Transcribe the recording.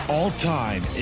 All-time